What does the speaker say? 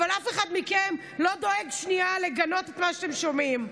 אבל אף אחד מכם לא דואג שנייה לגנות את מה שאתם שומעים.